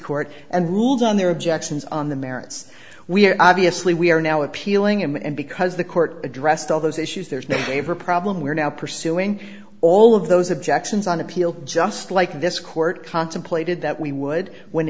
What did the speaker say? court and ruled on their objections on the merits we're obviously we are now appealing and because the court addressed all those issues there's no waiver problem we're now pursuing all of those objections on appeal just like this court contemplated that we would when